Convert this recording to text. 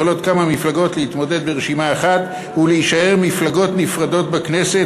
יכולות כמה מפלגות להתמודד ברשימה אחת ולהישאר מפלגות נפרדות בכנסת,